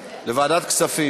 כן, זה עבר לוועדת הכספים.